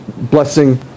blessing